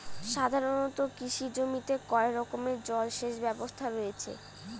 সাধারণত কৃষি জমিতে কয় রকমের জল সেচ ব্যবস্থা রয়েছে?